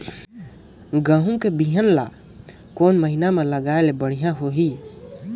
गहूं के बिहान ल कोने महीना म लगाय ले बढ़िया होही?